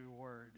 word